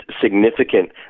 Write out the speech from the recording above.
significant